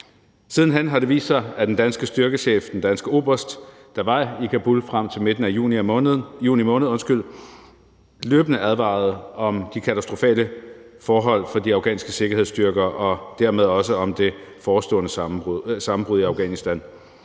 Siden hen har det vist sig, at den danske styrkechef, den danske oberst, der var i Kabul frem til midten af juni måned, løbende advarede om de katastrofale forhold for de afghanske sikkerhedsstyrker og dermed også om det forestående sammenbrud i Afghanistan.